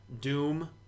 Doom